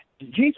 Jesus